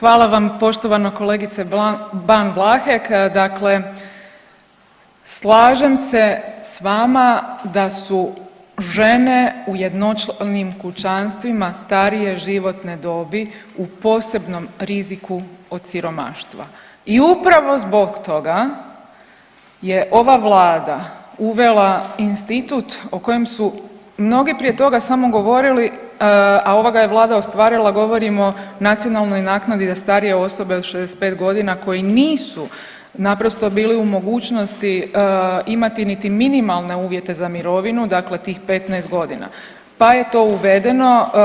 Hvala vam poštovana kolegice Ban Vlahek, dakle slažem se s vama da su žene u jednočlanim kućanstvima starije životne dobi u posebnom riziku od siromaštva i upravo zbog toga je ova vlada uvela institut o kojem su mnogi prije toga samo govorili, a ova ga je vlada ostvarila govorimo nacionalnoj naknadi za starije osobe od 65 godina koje nisu naprosto bili u mogućnosti imati niti minimalne uvjete za mirovinu dakle tih 15 godina, pa je to uvedeno.